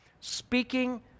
speaking